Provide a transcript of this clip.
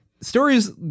Stories